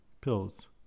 pills